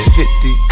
50